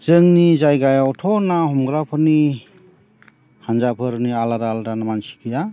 जोंनि जायगायावथ' ना हमग्राफोरनि हानजाफोरनि आलादा आलादा मानसि गैया